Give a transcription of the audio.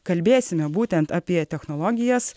kalbėsime būtent apie technologijas